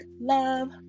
love